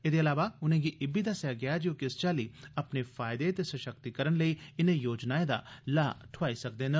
एहदे अलावा उनें'गी इब्बी दस्सेआ गेआ जे ओह् किस चाल्ली अपने फायदे ते सशक्तिकरण लेई इनें योजनाएं दा लाह ठोआई सकदे न